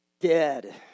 dead